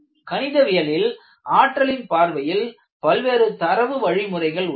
கணிதவியலில் ஆற்றலின் பார்வையில் பல்வேறு தரவு வழிமுறைகள் உள்ளன